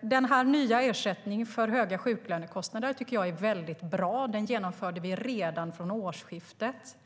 Den nya ersättningen för höga sjuklönekostnader tycker jag är väldigt bra. Den genomförde vi redan från årsskiftet.